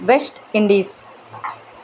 West Indies